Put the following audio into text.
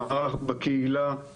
לא פעם החולים שלנו מגיעים בקבוצות ואז